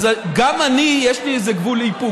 גם אני, יש לי איזה גבול איפוק.